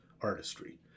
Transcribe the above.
artistry